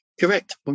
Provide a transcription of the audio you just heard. Correct